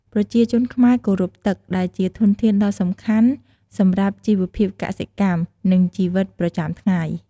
ប្រជាជនខ្មែរគោរពទឹក ដែលជាធនធានដ៏សំខាន់សម្រាប់ជីវភាពកសិកម្ម និងជីវិតប្រចាំថ្ងៃ។